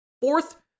Fourth